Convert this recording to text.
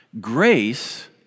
Grace